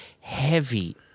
heavy